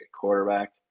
quarterback